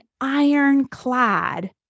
ironclad